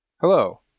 Hello